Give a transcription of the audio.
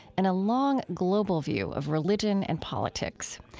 and a long global view of religion and politics.